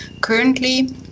currently